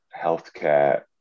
healthcare